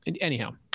anyhow